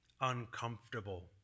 uncomfortable